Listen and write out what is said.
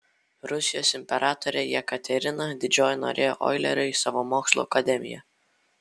rusijos imperatorė jekaterina didžioji norėjo oilerio į savo mokslų akademiją